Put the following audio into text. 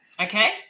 Okay